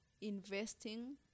investing